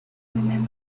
remembered